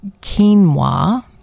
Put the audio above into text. quinoa